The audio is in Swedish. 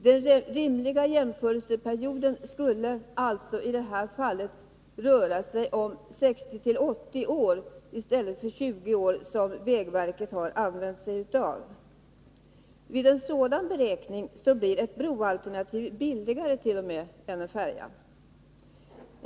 Den rimliga jämförelseperioden skulle alltså i detta fall röra sig om 60-80 år i stället för 20 år, som vägverket använder sig av. Vid en sådan beräkning blir ett broalternativ t.o.m. billigare än en färja.